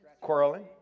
Quarreling